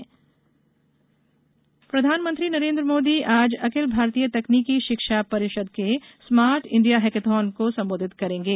Modi hackathon प्रधानमंत्री नरेन्द्र मोदी आज अखिल भारतीय तकनीकी शिक्षा परिषद के स्मार्ट इंडिया हैकाथन को संबोधित करेंगे